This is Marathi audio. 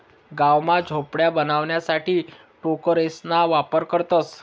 गाव मा झोपड्या बनवाणासाठे टोकरेसना वापर करतसं